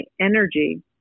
energy